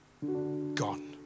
gone